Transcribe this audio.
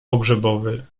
pogrzebowy